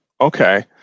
Okay